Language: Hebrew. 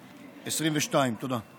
דצמבר 2022. תודה.